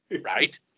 Right